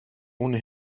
ohne